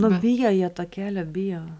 nu bijo jie to kelio bijo